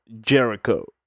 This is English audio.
Jericho